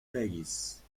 regis